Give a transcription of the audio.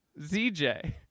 ZJ